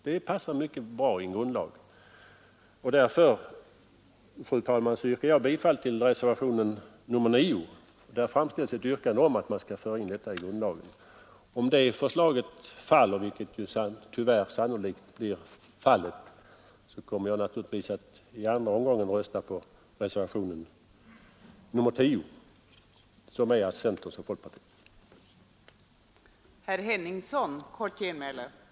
Det passar mycket bra i en grundlag, och därför, fru talman, yrkar jag bifall till reservationen 9, där det framställs ett yrkande om att man skall föra in detta i grundlagen. Om det förslaget faller, vilket det tyvärr sannolikt gör, kommer jag naturligtvis att i andra omgången rösta för reservationen 10, som avgivits av centerns och folkpartiets ledamöter.